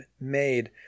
made